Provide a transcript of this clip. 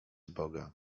boga